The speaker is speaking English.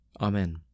Amen